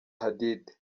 hadid